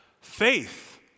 faith